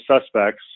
suspects